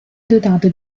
dotato